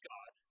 God